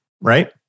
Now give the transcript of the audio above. right